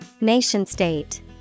Nation-state